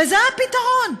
וזה הפתרון.